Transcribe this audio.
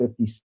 50